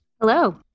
Hello